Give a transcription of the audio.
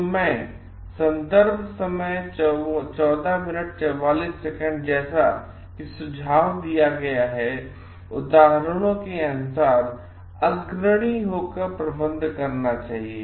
तो मैं जैसा कि सुझाव दिया गया है उदाहरणों के अनुसार अग्रणी होकर प्रबंध करना चाहिए